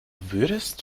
würdest